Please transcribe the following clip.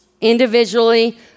individually